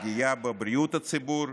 פגיעה בבריאות הציבור,